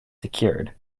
secured